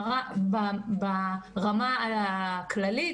ברמה הכללית,